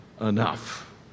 enough